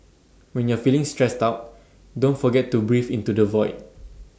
when you are feeling stressed out don't forget to breathe into the void